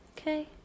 Okay